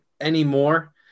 anymore